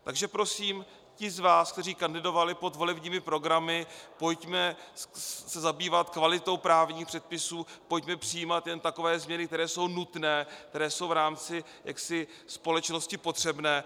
Takže prosím, ti z vás, kteří kandidovali pod volebními programy, pojďme se zabývat kvalitou právních předpisů, pojďme přijímat jen takové změny, které jsou nutné, které jsou v rámci společnosti potřebné;